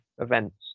events